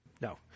No